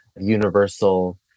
universal